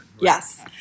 Yes